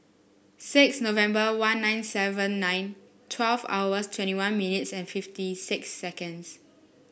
six November one nine seven nine twelve hours twenty one minutes and fifty six seconds